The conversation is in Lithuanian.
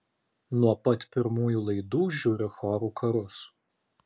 nuo pat pirmųjų laidų žiūriu chorų karus